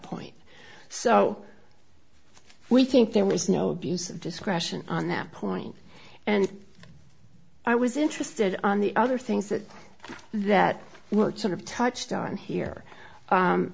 point so we think there was no abuse of discretion on that point and i was interested on the other things that that what sort of touched on here